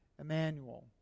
Emmanuel